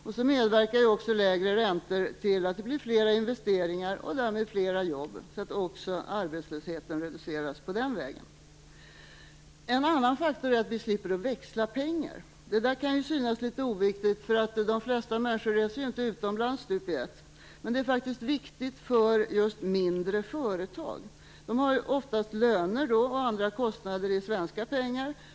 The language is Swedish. Dessutom medverkar ju lägre räntor till att det blir fler investeringar och därmed fler jobb. Arbetslösheten reduceras alltså även den vägen. En annan faktor är att vi slipper växla pengar. Det kan synas vara oviktigt. De flesta människor reser ju inte utomlands stup i ett. Men det är faktiskt viktigt just för mindre företag. De har ofta löner och andra kostnader i svenska pengar.